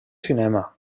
cinema